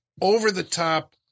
over-the-top